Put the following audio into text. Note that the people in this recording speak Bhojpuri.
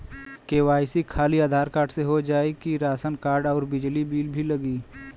के.वाइ.सी खाली आधार कार्ड से हो जाए कि राशन कार्ड अउर बिजली बिल भी लगी?